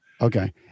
Okay